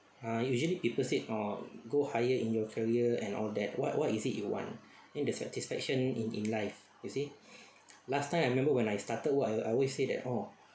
ah usually people said oh go higher in your career and all that what what is it you want in the satisfaction in in life you see last time I remember when I started work I always say that oh